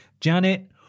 Janet